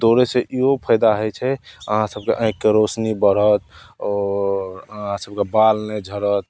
दौड़यसँ इहो फायदा होइ छै अहाँ सबके आँखिके रोशनी बढ़त ओ अहाँ सबके बाल नहि झड़त